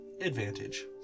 Advantage